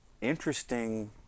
interesting